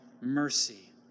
mercy